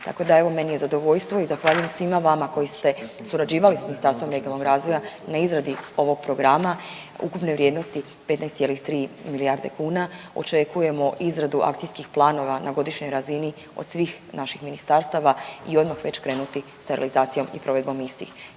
Tako da evo meni je zadovoljstvo i zahvaljujem svima vama koji ste surađivali sa Ministarstvom regionalnog razvoja na izradi ovog programa ukupne vrijednosti 15,3 milijarde kuna očekujemo izradu akcijskih planova na godišnjoj razini od svih naših ministarstava i odmah već krenuti sa realizacijom i provedbom istih.